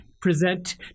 Present